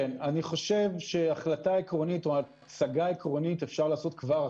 אני חושב שהחלטה עקרונית או הצגה עקרונית אפשר לעשות כבר עכשיו.